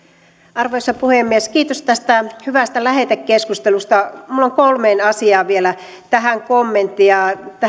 arvoisa puhemies kiitos tästä hyvästä lähetekeskustelusta minulla on kolmeen asiaan vielä kommentteja